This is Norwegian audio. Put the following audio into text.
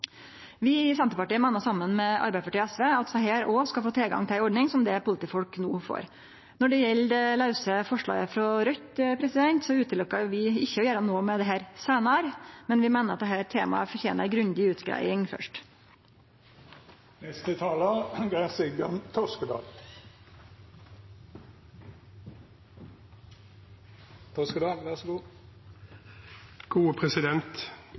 Vi i Senterpartiet meiner, saman med Arbeidarpartiet og SV, at desse òg skal få tilgang til ei slik ordning som politifolk no får. Når det gjeld det lause forslaget frå Raudt, utelukkar vi ikkje å gjere noko med dette seinare, men vi meiner dette temaet fortener ei grundig utgreiing først.